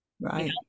Right